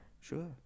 sure